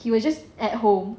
he was just at home